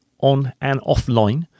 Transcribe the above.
on-and-offline